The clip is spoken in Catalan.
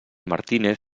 martínez